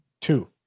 Two